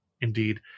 Indeed